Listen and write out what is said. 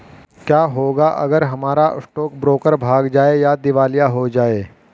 क्या होगा अगर हमारा स्टॉक ब्रोकर भाग जाए या दिवालिया हो जाये?